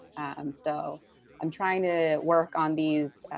um so i'm trying to work on these